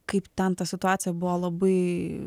kaip ten ta situacija buvo labai